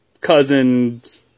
cousin's